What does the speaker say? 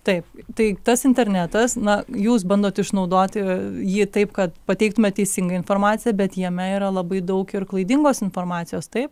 taip tai tas internetas na jūs bandot išnaudoti jį taip kad pateiktumėt teisingą informaciją bet jame yra labai daug ir klaidingos informacijos taip